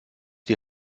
die